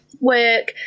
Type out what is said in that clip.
work